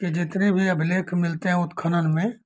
के जितने भी अभिलेख मिलते हैं उत्खनन में